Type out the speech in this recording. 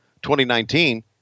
2019